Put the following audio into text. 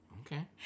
Okay